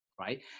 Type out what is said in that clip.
right